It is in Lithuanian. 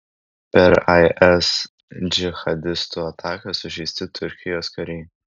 per is džihadistų ataką sužeisti turkijos kariai